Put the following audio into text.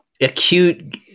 acute